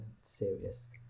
serious